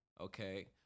okay